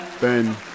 Ben